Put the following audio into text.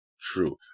true